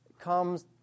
comes